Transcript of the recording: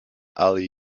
ali